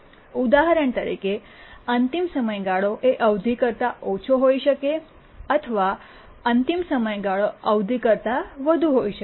ઉદાહરણ તરીકે અંતિમ સમયગાળો એ અવધિ કરતા ઓછી હોઇ શકે અથવા અંતિમ સમયગાળો અવધિ કરતા વધુ હોઈ શકે